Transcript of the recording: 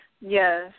Yes